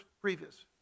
previous